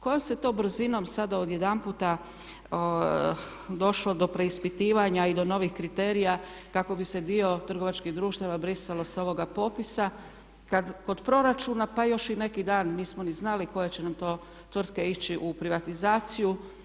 Kojom se to brzinom sada odsjedamputa došlo do preispitivanja i do novih kriterija kako bi se dio trgovačkih društava brisalo sa ovoga popisa kad kod proračuna pa još i neki dan nismo ni znali koje će nam to tvrtke ići u privatizaciju.